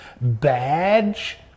badge